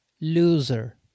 loser